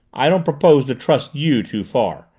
i don't propose to trust you too far.